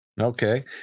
Okay